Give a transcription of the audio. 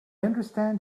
understand